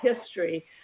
history